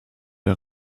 der